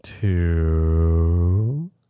Two